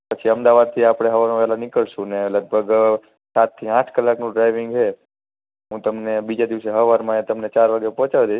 પછી અમદાવાદથી આપણે સવારમાં વહેલાં નીકળીશું અને લગભગ સાત થી આઠ કલાકનું ડ્રાઈવિંગ છે હું તમને બીજા દિવસે સવારમાં અહીંયા તમને ચાર વાગે પહોંચાડી દઈશ